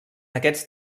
aquests